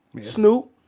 Snoop